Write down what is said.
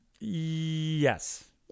yes